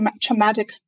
traumatic